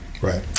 Right